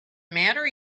matter